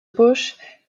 bush